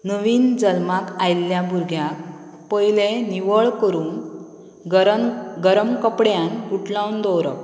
नवीन जल्माक आयिल्ल्या भुरग्याक पयलें निवळ करून गरम गरम कपड्यान गुठलावन दवरप